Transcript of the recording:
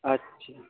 اچھا